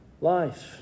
life